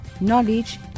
knowledge